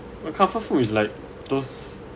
my comfort food is like those